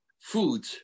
food